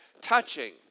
touching